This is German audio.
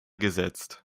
gesetzt